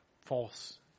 false